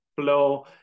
flow